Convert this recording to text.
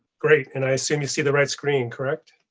great and i assume you see the right screen, correct?